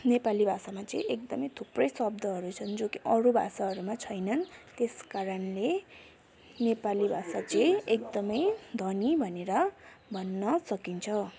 नेपाली भाषामा चाहिँ एकदमै थुप्रै शब्दहरू छन् जो कि अरू भाषाहरूमा छैनन् तेसकारणले नेपाली भाषा चाहिँ एकदमै धनी भनेर भन्न सकिन्छ